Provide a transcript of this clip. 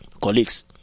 colleagues